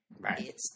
Right